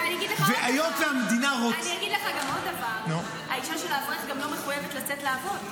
אני אגיד לך עוד דבר: האישה של האברך גם לא מחויבת לצאת לעבוד.